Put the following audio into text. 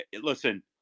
listen